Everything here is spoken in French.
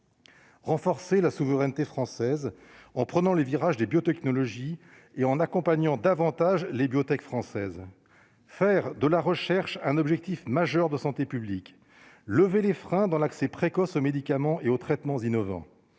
Renforcer la souveraineté française en prenant les virages des biotechnologies et on accompagnant davantage les biotechs françaises, faire de la recherche, un objectif majeur de santé publique : lever les freins dans l'accès précoce aux médicaments et aux traitements innovants,